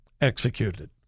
executed